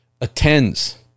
attends